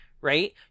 right